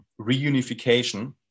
reunification